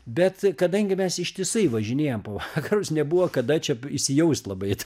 bet kadangi mes ištisai važinėjom po vakarus nebuvo kada čia įsijaust labai į tą